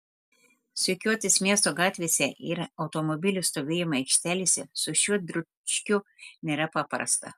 sukiotis miesto gatvėse ar automobilių stovėjimo aikštelėse su šiuo dručkiu nėra paprasta